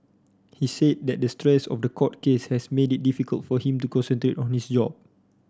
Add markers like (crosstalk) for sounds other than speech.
he said that the stress of the court case has made it difficult for him to (unintelligible) on his job